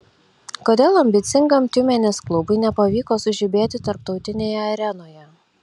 kodėl ambicingam tiumenės klubui nepavyko sužibėti tarptautinėje arenoje